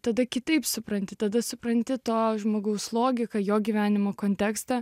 tada kitaip supranti tada supranti to žmogaus logiką jo gyvenimo kontekstą